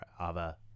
Ava